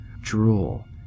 drool